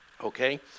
Okay